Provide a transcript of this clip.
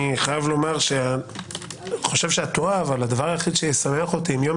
אני חושב שאת טועה אבל הדבר היחיד שישמח אותי אם יום